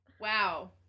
Wow